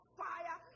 fire